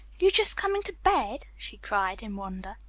you just coming to bed? she cried in wonder.